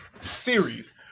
series